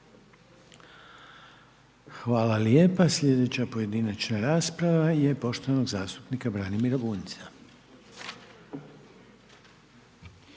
Hvala. Sljedeća pojedinačna rasprava je poštovanog zastupnika Ivana Pernara.